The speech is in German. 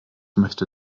möchte